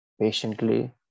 patiently